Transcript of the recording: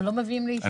אבל לא מביאים לאישור.